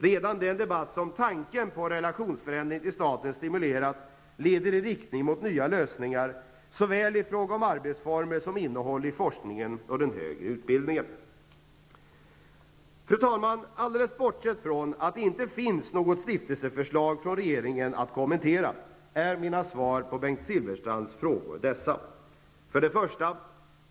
Redan den debatt som tanken på en relationsförändring till staten stimulerat, leder i riktning mot nya lösningar, såväl i fråga om arbetsformer som innehåll i forskningen och den högre utbildningen. Alldeles bortsett från att det inte finns något stiftelseförslag från regeringen att kommentera, är mina svar på Silfverstrands frågor dessa: 1.